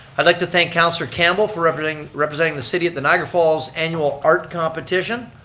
i'd like to thank councilor campbell for representing representing the city of the niagara falls annual art competition,